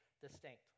distinct